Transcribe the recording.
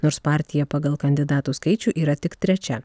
nors partija pagal kandidatų skaičių yra tik trečia